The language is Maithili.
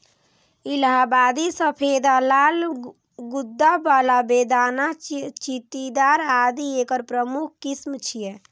इलाहाबादी सफेदा, लाल गूद्दा बला, बेदाना, चित्तीदार आदि एकर प्रमुख किस्म छियै